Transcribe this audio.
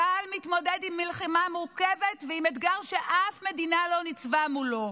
צה"ל מתמודד עם מלחמה מורכבת ועם אתגר שאף מדינה לא ניצבה מולו.